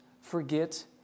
forget